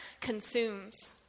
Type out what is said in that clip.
consumes